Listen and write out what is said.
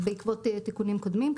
בעקבות תיקונים קודמים.